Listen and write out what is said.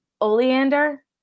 oleander